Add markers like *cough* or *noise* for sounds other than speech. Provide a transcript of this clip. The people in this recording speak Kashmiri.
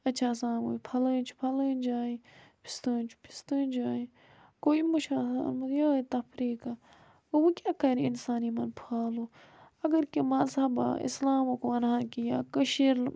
أتہِ چھِ آسان *unintelligible* فلٲنۍ چھُ فلٲنۍ جایہِ فِستٲنۍ چھُ فِستٲنۍ جایہِ گوٚو یِمو چھُ آسان اوٚنمُت یِہٲے تفریٖقہ گوٚو وۄنۍ کیٛاہ کَرِ اِنسان یِمَن فالو اگر کیٚنٛہہ مَذہَبہ اِسلامُک وَنہِ ہَان کیٚنٛہہ یا کٔشیٖر نہٕ